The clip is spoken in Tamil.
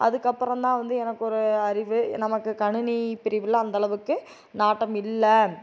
அதுக்கப்புறம் தான் வந்து எனக்கு ஒரு அறிவு நமக்கு கணினி பிரிவில் அந்தளவுக்கு நாட்டம் இல்லை